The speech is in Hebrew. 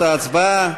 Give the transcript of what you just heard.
ההצבעה: